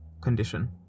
condition